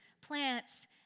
plants